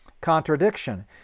contradiction